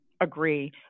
agree